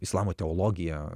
islamo teologiją